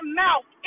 mouth